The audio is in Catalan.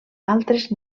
altres